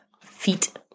feet